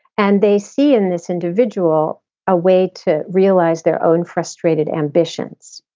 and they see in this individual a way to realize their own frustrated ambitions.